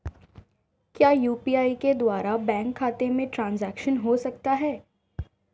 क्या यू.पी.आई के द्वारा बैंक खाते में ट्रैन्ज़ैक्शन हो सकता है?